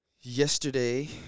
yesterday